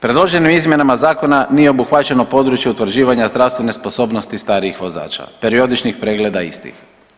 Predloženim izmjenama Zakona nije obuhvaćeno područje utvrđivanja zdravstvene sposobnosti starijih vozača, periodičnih pregleda istih.